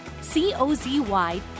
C-O-Z-Y